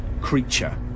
creature